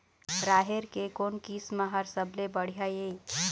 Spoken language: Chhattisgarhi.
राहेर के कोन किस्म हर सबले बढ़िया ये?